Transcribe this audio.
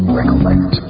Recollect